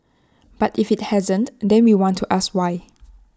but if IT hasn't then we want to ask why